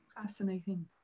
Fascinating